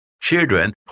children